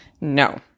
No